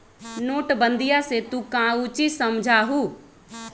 नोटबंदीया से तू काउची समझा हुँ?